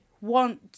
want